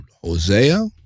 Hosea